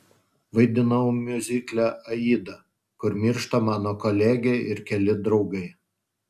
vaidinau miuzikle aida kur miršta mano kolegė ir keli draugai